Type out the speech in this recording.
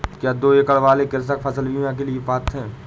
क्या दो एकड़ वाले कृषक फसल बीमा के पात्र हैं?